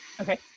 okay